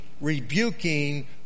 rebuking